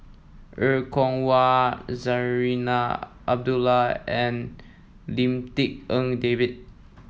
Er Kwong Wah Zarinah Abdullah and Lim Tik En David